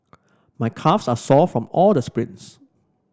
my calves are sore from all the sprints